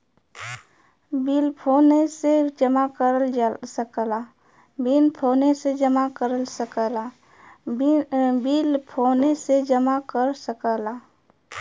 bill फोने से जमा कर सकला